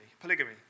Polygamy